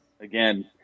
again